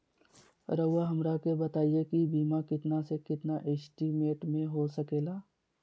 रहुआ हमरा के बताइए के बीमा कितना से कितना एस्टीमेट में हो सके ला?